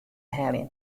heljen